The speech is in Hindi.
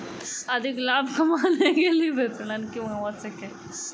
अधिक लाभ कमाने के लिए विपणन क्यो आवश्यक है?